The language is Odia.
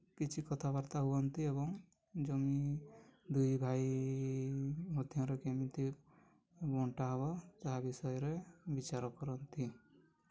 କିଛି କଥାବାର୍ତ୍ତା ହୁଅନ୍ତି ଏବଂ ଜମି ଦୁଇ ଭାଇ ମଧ୍ୟରେ କେମିତି ବଣ୍ଟା ହେବ ତାହା ବିଷୟରେ ବିଚାର କରନ୍ତି